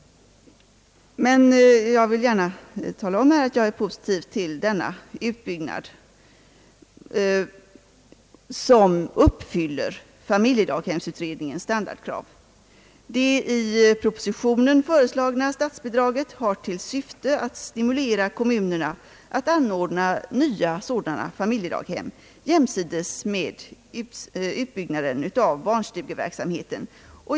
Men jag är positiv till denna utbyggnad, vilken uppfyller familjedaghemsutredningens standardkrav. Det i propositionen föreslagna statsbidraget har till syfte att stimulera kommunerna att anordna nya familjedaghem jämsides med utbyggnaden av barnstugeverksamheten.